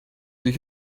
you